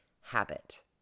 habit